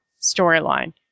storyline